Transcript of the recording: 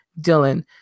Dylan